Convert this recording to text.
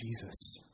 Jesus